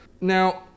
Now